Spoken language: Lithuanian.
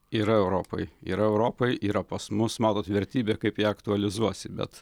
yra europoj yra europoj yra pas mus matot vertybė kaip ją aktualizuosi bet